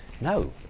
No